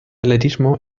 atletismo